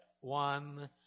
one